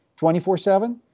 24-7